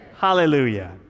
Hallelujah